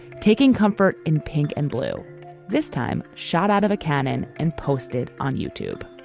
taking comfort in pink and blue this time shot out of a cannon and posted on youtube